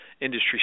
industry